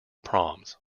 proms